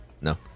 No